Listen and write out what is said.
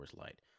Light